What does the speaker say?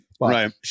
right